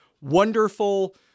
wonderful